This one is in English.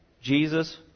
Jesus